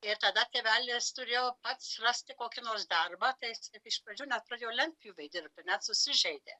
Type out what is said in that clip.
ir tada tėvelis turėjo pats rasti kokį nors darbą tai jisai iš pradžių net pradėjo lentpjūvėj dirbti net susižeidė